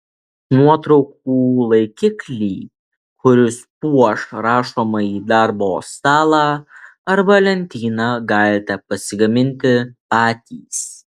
nuotraukų laikiklį kuris puoš rašomąjį darbo stalą arba lentyną galite pasigaminti patys